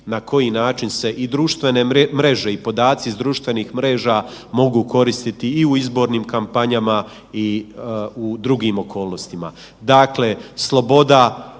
na koji način se i društvene mreže i podaci s društvenih mreža mogu koristiti i u izbornim kampanjama i u drugim okolnostima. Dakle, sloboda